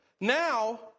Now